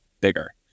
bigger